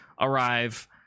arrive